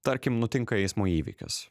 tarkim nutinka eismo įvykis